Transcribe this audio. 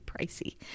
pricey